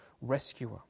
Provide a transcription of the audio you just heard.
Rescuer